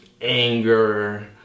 anger